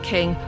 King